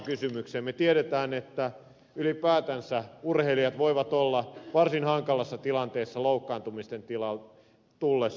me tiedämme että ylipäätänsä urheilijat voivat olla varsin hankalassa tilanteessa loukkaantumisten tullessa